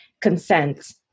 consent